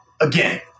again